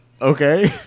Okay